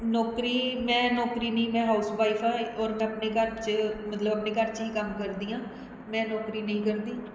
ਨੌਕਰੀ ਮੈਂ ਨੌਕਰੀ ਨਹੀਂ ਮੈਂ ਹਾਊਸ ਵਾਈਫ ਹਾਂ ਔਰ ਮੈਂ ਆਪਣੇ ਘਰ 'ਚ ਮਤਲਬ ਆਪਣੇ ਘਰ 'ਚ ਹੀ ਕੰਮ ਕਰਦੀ ਹਾਂ ਮੈਂ ਨੌਕਰੀ ਨਹੀਂ ਕਰਦੀ